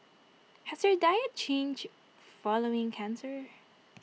has your diet changed following cancer